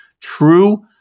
true